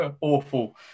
awful